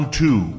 two